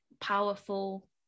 powerful